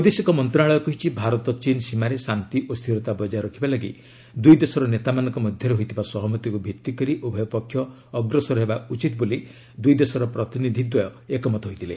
ବୈଦେଶିକ ମନ୍ତ୍ରଣାଳୟ କହିଛି ଭାରତ ଚୀନ୍ ସୀମାରେ ଶାନ୍ତି ଓ ସ୍ଥିରତା ବକାୟ ରଖିବା ଲାଗି ଦୁଇ ଦେଶର ନେତାମାନଙ୍କ ମଧ୍ୟରେ ହୋଇଥିବା ସହମତିକୁ ଭିତ୍ତି କରି ଉଭୟ ପକ୍ଷ ଅଗ୍ରସର ହେବା ଉଚିତ୍ ବୋଲି ଦୁଇ ଦେଶର ପ୍ରତିନିଧି ଦୃୟ ଏକମତ ହୋଇଥିଲେ